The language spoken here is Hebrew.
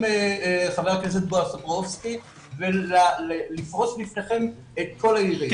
חבר הכנסת בועז טופורובסקי ולפרוס בפניכם את כל היריעה.